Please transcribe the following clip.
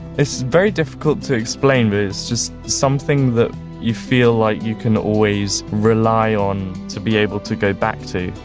it's very difficult to explain but it's just something that you feel like you can always rely on to be able to go back to.